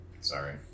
Sorry